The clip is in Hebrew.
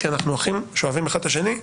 כי אנחנו אחים שאוהבים אחד את השני.